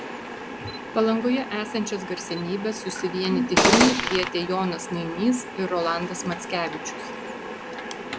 palangoje esančias garsenybes susivienyti himnui kvietė jonas nainys ir rolandas mackevičius